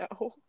No